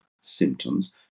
symptoms